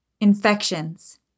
Infections